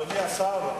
אדוני השר,